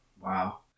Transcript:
Wow